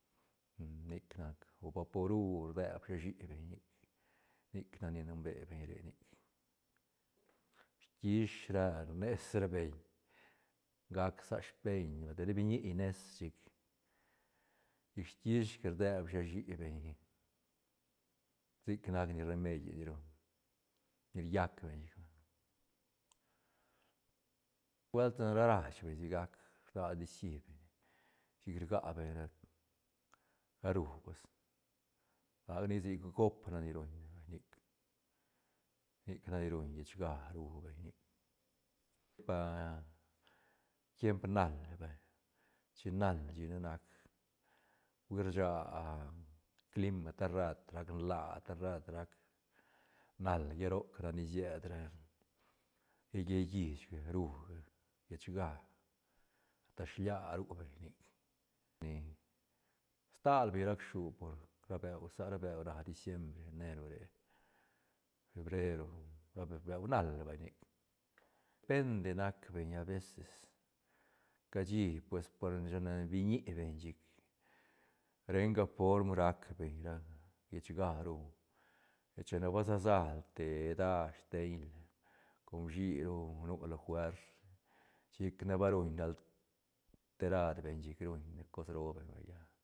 nic nac o vaporu rde shashi beñ nic- nic nac ni numbe beñ re squis ra rnes ra beñ gac sa speñ ne vay te ra biñi rnes chic squis ga rdeb sashi beñ sic nac ni remedie ni ruñ ni riac beñ ish vay nubuelt ra- rach beñ sigac rnas nicií beñ chic rga beñ ra ne rú pues lagac nia sic gop nac ni ruñne vay nic- nic nac ni ruñ llechga rú beñ pa a tiemp nal ne vay chin nal chic ne nac hui rsha clima te rrat rac nlaa te rrat nal lla roc nac ni sied ra yallel llichga rú llehcga ta shilia ru beñ nic ni stal beñ rac shu por ra beu sa ra beu na diciembre enero re febrero ra be- beu nal ne vay nic depende nac beñ abeces cashi pues por ni biñi beñ chic ren ga form rac beñ ra llehcga rú lla chine ba sesala te eda steiñla com uishi ru nu la fuers chic ne va ruñ ne alterad beñ chic ruñ ne cos beñ vaya